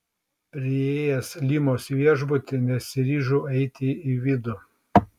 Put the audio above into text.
priėjęs limos viešbutį nesiryžau eiti į vidų